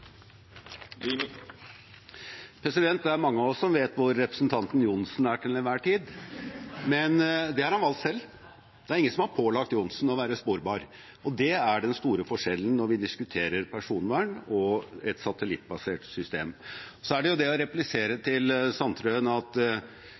folk. Det er mange av oss som vet hvor representanten Johnsen er til enhver tid, men det har han valgt selv. Det er ingen som har pålagt Johnsen å være sporbar, og det er den store forskjellen når vi diskuterer personvern og et satellittbasert system. Så er det jo det å replisere